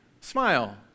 Smile